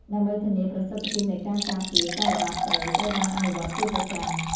ដើម្បីធានាប្រសិទ្ធភាពនៃការការពារ ការល្បាតព្រៃ ត្រូវបានអនុវត្តជាប្រចាំ។